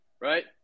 right